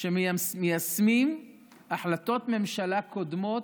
שבה מיישמים החלטות ממשלה קודמות,